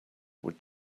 would